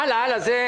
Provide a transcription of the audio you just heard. חבר'ה, חבל על הזמן.